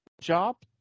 job